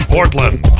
Portland